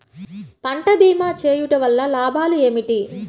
పంట భీమా చేయుటవల్ల లాభాలు ఏమిటి?